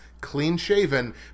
clean-shaven